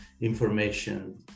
information